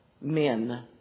men